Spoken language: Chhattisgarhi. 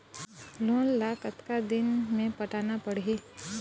लोन ला कतका दिन मे पटाना पड़ही?